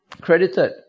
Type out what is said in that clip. credited